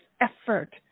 effort